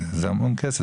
זה המון כסף.